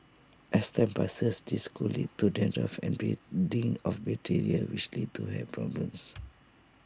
as time passes this could lead to dandruff and breeding of bacteria which leads to hair problems